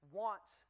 wants